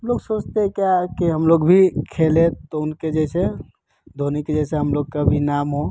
लोग सोचते क्या कि हम लोग भी खेले तो उनके जैसे धोनी के जैसे हम लोग का भी नाम हो